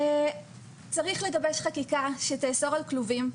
צריך לגבש חקיקה שתאסור על כלובים,